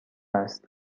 است